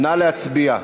נא להצביע.